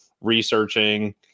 researching